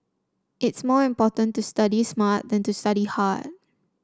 it's more important to study smart than to study hard